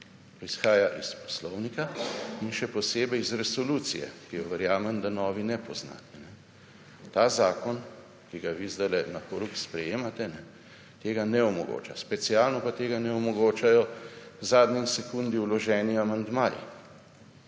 izhaja iz poslovnika in še posebej iz resolucije, ki jo, verjamem, da novi ne poznate. Ta zakon, ki ga vi zdajle na horuk sprejemate, tega ne omogoča. Specialno pa tega ne omogočajo v zadnji sekundi vloženi amandmaji,